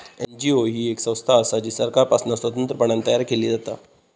NGO ही येक संस्था असा जी सरकारपासना स्वतंत्रपणान तयार केली जाता